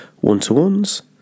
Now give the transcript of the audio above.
one-to-ones